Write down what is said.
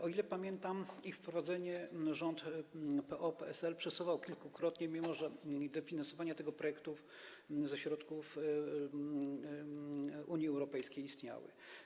O ile pamiętam, ich wprowadzenie rząd PO-PSL przesuwał kilkukrotnie, mimo że dofinansowania tego projektu ze środków Unii Europejskiej istniały.